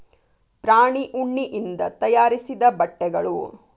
ಪ್ರಾಣಿ ಉಣ್ಣಿಯಿಂದ ತಯಾರಿಸಿದ ಬಟ್ಟೆಗಳು